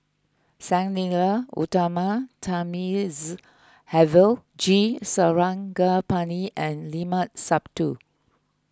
Sang Nila Utama Thamizhavel G Sarangapani and Limat Sabtu